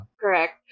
Correct